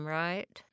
right